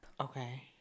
Okay